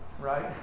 right